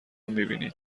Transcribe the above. میبینید